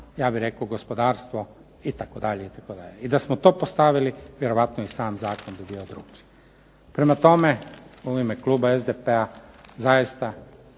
ja bih rekao gospodarstvo itd., itd. I da smo to postavili vjerojatno i sam zakon bi bio drukčiji. Prema tome, u ime kluba SDP-a zaista